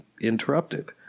interrupted